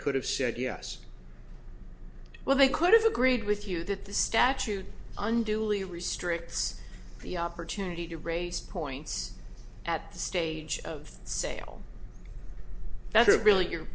could have said yes well they could have agreed with you that the statute unduly restricts the opportunity to raise points at the stage of sale that are really your